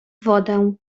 wodę